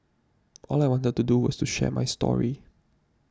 all I wanted to do was to share my story